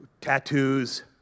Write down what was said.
Tattoos